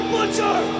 Butcher